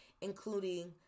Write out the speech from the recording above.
including